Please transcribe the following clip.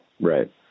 Right